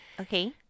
Okay